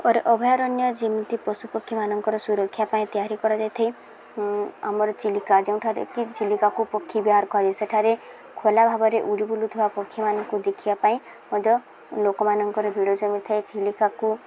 ଅଭୟାରଣ୍ୟ ଯେମିତି ପଶୁପକ୍ଷୀମାନଙ୍କର ସୁରକ୍ଷା ପାଇଁ ତିଆରି କରାଯାଇଥାଏ ଆମର ଚିଲିକା ଯେଉଁଠାରେ କି ଚିଲିକାକୁ ପକ୍ଷୀ ବିହାର କୁହାଯାଏ ସେଠାରେ ଖୋଲା ଭାବରେ ଉଡ଼ି ବୁଲୁଥିବା ପକ୍ଷୀମାନଙ୍କୁ ଦେଖିବା ପାଇଁ ମଧ୍ୟ ଲୋକମାନଙ୍କର ଭିଡ଼ ଜମିଥାଏ ଚିଲିକାକୁ